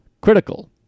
critical